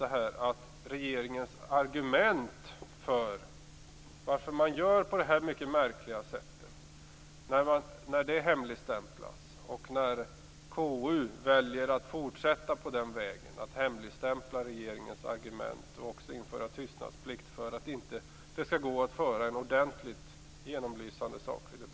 Det gäller regeringens argument för att hemligstämpla på detta mycket märkliga sätt. KU väljer att fortsätta på samma väg, hemligstämplar regeringens argument och inför tystnadsplikt för att det inte skall gå att föra en ordentlig och genomlysande saklig debatt.